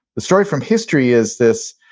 the story from history is this,